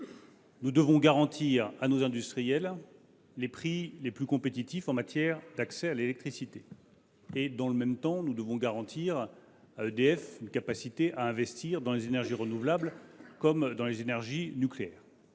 Nous devons garantir à nos industriels les prix les plus compétitifs en matière d’accès à l’électricité et, dans le même temps, nous devons garantir à EDF une capacité à investir dans les énergies renouvelables comme dans les énergies nucléaires.